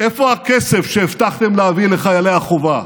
איפה הכסף שהבטחתם להביא לחיילי החובה?